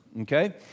okay